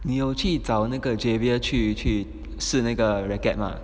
你有去找那个 javier 去去试那个 racket 吗